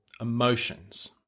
emotions